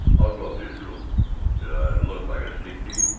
i'll go up to his room. d' i look like a sneak-thief?